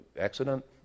accident